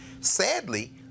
sadly